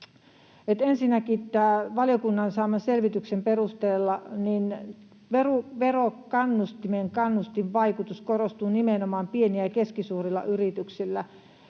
Ensinnäkin valiokunnan saaman selvityksen perusteella tämän verokannustimen kannustinvaikutus korostuu nimenomaan pienillä ja keskisuurilla yrityksillä.